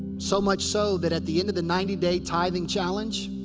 so much so that at the end of the ninety day tithing challenge.